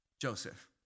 Joseph